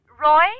Roy